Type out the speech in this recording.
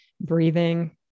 breathing